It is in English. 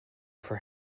for